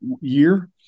year